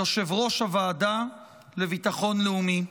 יושב-ראש הוועדה לביטחון לאומי.